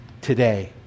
today